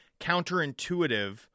counterintuitive